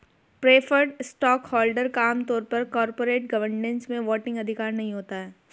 preferred stockholder का आम तौर पर कॉरपोरेट गवर्नेंस में वोटिंग अधिकार नहीं होता है